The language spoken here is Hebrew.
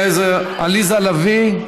חברת הכנסת עליזה לביא,